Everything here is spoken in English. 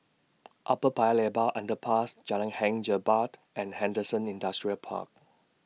Upper Paya Lebar Underpass Jalan Hang Jebat and Henderson Industrial Park